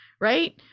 Right